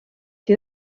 die